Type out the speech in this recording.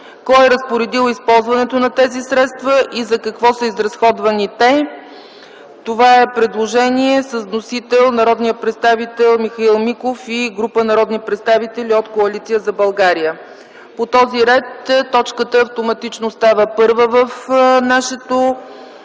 кой е разпоредил използването на тези средства и за какво са изразходвани те. Това е предложение с вносители – народният представител Михаил Миков и група народни представители от Коалиция за България. По този ред точката автоматично става първа в нашето